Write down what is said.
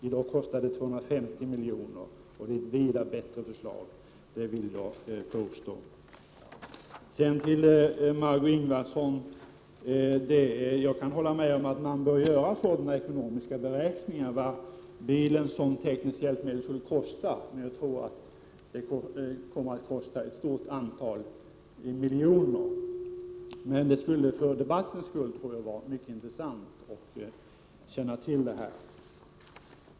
I dag kostar det 250 miljoner, och jag vill alltså påstå att det är ett vida bättre förslag. Till Marg6é Ingvardsson: Jag kan hålla med om att man bör göra sådana ekonomiska beräkningar av vad bilen som tekniskt hjälpmedel skulle kosta. Jag tror det kommer att kosta ett stort antal miljoner. Men visst skulle det vara intressant att veta.